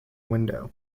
window